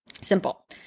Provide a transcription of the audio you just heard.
Simple